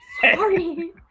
Sorry